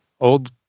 old